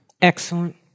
Excellent